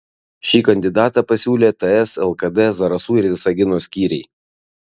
šį kandidatą pasiūlė ts lkd zarasų ir visagino skyriai